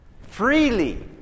freely